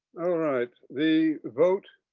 the vote